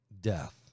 death